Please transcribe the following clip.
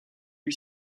lui